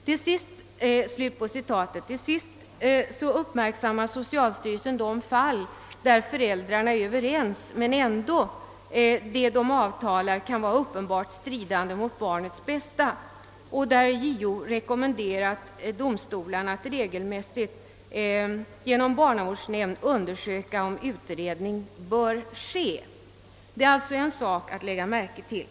Till sist uppmärksammar socialstyrelsen de fall där föräldrarna är Överens men där det de avtalar ändå kan vara uppenbart stridande mot barnets bästa och där JO rekommenderat domstolarna att regelmässigt genom barnavårdsnämnd undersöka om utredning bör ske. Det är alltså en sak att lägga märke till.